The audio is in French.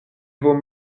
vaut